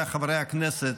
חבריי חברי הכנסת,